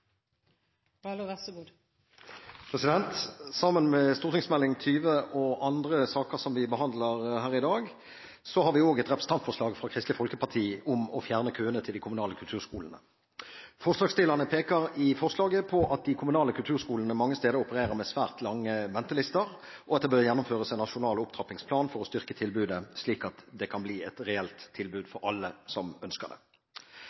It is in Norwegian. Sammen med Meld. St. 20 og andre saker som vi behandler her i dag, har vi også et representantforslag fra Kristelig Folkeparti om å fjerne køene til de kommunale kulturskolene. Forslagsstillerne peker i forslaget på at de kommunale kulturskolene mange steder opererer med svært lange ventelister, og at det bør gjennomføres en nasjonal opptrappingsplan for å styrke tilbudet, slik at dette kan bli et reelt tilbud for alle som ønsker det.